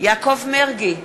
יעקב מרגי,